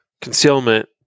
concealment